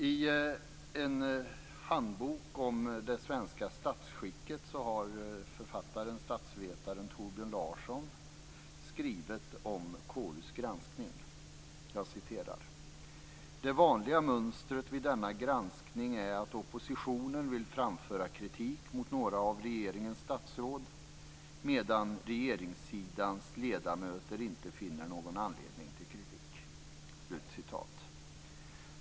I en handbok om det svenska statsskicket har författaren och statsvetaren Torbjörn Larsson skrivit om "Det vanliga mönstret vid denna granskning är att oppositionen vill framföra kritik mot några av regeringens statsråd, medan regeringssidans ledamöter inte finner någon anledning till kritik."